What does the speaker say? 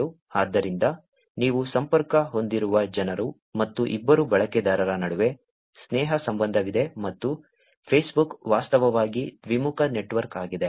ಆದ್ದರಿಂದ ನೀವು ಸಂಪರ್ಕ ಹೊಂದಿರುವ ಜನರು ಮತ್ತು ಇಬ್ಬರು ಬಳಕೆದಾರರ ನಡುವೆ ಸ್ನೇಹ ಸಂಬಂಧವಿದೆ ಮತ್ತು ಫೇಸ್ಬುಕ್ ವಾಸ್ತವವಾಗಿ ದ್ವಿಮುಖ ನೆಟ್ವರ್ಕ್ ಆಗಿದೆ